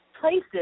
places